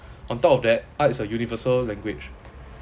on top of that art is a universal language